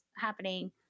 happening